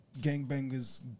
gangbanger's